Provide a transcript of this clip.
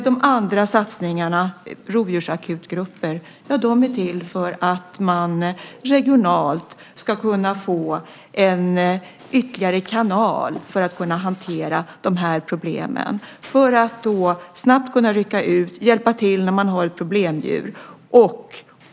De andra satsningarna, rovdjursakutgrupper, är till för att man regionalt ska få en ytterligare kanal för att hantera problemen. Man ska då snabbt kunna rycka ut och hjälpa till med problemdjur.